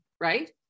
right